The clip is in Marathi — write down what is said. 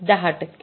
१० टक्के